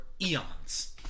eons